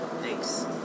Thanks